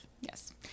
Yes